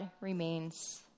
remains